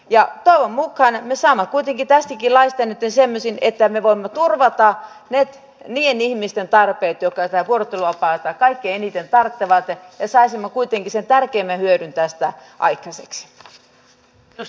toivon mukaan me saamme kuitenkin tästäkin laista nytten semmoisen että me voimme turvata niiden ihmisten tarpeet jotka tätä vuorotteluvapaata kaikkein eniten tarvitsevat ja saisimme kuitenkin sen tärkeimmän hyödyn tästä aikaiseksi